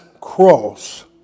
cross